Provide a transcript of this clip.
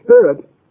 Spirit